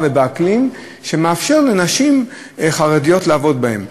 ובאקלים שמאפשרים לנשים חרדיות לעבוד בהם.